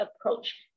approach